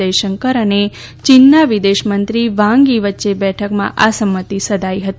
જયશંકર અને ચીનનાં વિદેશમંત્રી વાંગ થી વચ્ચે બેઠકમાં આ સંમતી સધાઈ હતી